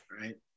right